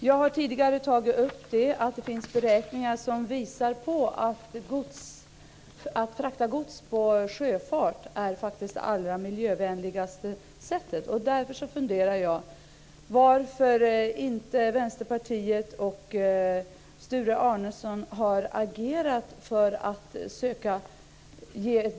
Jag har tidigare tagit upp att det finns beräkningar som visar att godsfrakt med sjöfart är det miljövänligaste transportsättet. Därför undrar jag varför Vänsterpartiet och Sture Arnesson inte har agerat för ett bättre stöd.